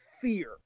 fear